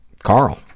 Carl